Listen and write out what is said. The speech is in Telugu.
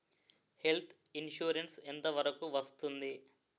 హెల్త్ ఇన్సురెన్స్ ఎంత వరకు వస్తుంది?